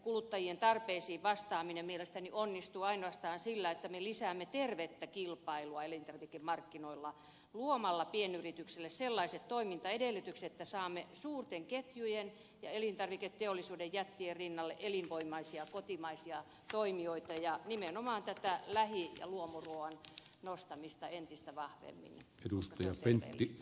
kuluttajien tarpeisiin vastaaminen mielestäni onnistuu ainoastaan sillä että me lisäämme tervettä kilpailua elintarvikemarkkinoilla luomalla pienyrityksille sellaiset toimintaedellytykset että saamme suurten ketjujen ja elintarviketeollisuuden jättien rinnalle elinvoimaisia kotimaisia toimijoita ja nimenomaan lähi ja luomuruuan nostamista entistä vahvemmin koska se on terveellistä